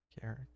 Carrick